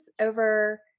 over